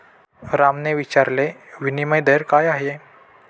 रामने विचारले, विनिमय दर काय आहे?